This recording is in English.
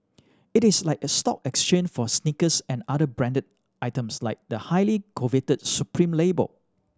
it is like a stock exchange for sneakers and other branded items like the highly coveted Supreme label